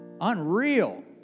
Unreal